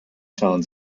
schauen